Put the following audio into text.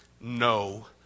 no